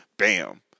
Bam